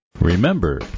Remember